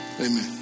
amen